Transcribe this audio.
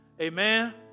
amen